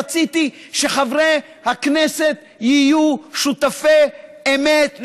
רציתי שחברי הכנסת יהיו שותפי אמת,